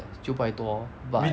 九百多 but